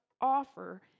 offer